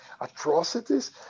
atrocities